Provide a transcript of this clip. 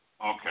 Okay